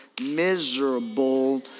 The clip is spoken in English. miserable